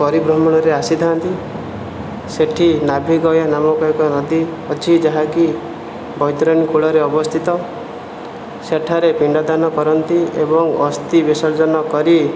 ପରିଭ୍ରମଣରେ ଆସିଥାନ୍ତି ସେଠି ନାଭିଗୟା ନାମକ ଏକ ନଦୀ ଅଛି ଯାହାକି ବୈତରଣୀ କୂଳରେ ଅବସ୍ଥିତ ସେଠାରେ ପିଣ୍ଡଦାନ କରନ୍ତି ଏବଂ ଅସ୍ଥି ବିସର୍ଜନ କରି